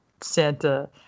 Santa